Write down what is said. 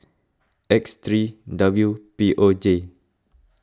X three W P O J